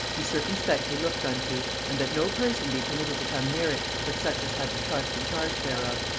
be circumspectly looked unto and that no person be permitted to come near it, but such as have the trust and charge thereof.